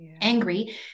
angry